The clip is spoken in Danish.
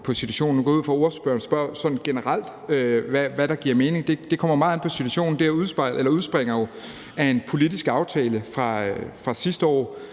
på situationen. Nu går jeg ud fra, at ordføreren spørger sådan generelt, hvad der giver mening, og det kommer meget an på situationen. Det her udspringer jo af en politisk aftale fra sidste år,